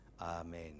amen